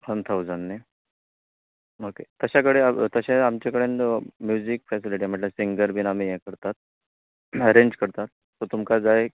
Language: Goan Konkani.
वन ठावजन न्ही म्हाका कशें कडेन तशें आमचे कडेन म्युजीक फेसिलीटी म्हळ्यार सिंगर बीन आमी यें करतात एरेंज करतात सो तुमकां जाय